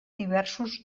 diversos